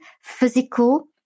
physical